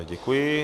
Děkuji.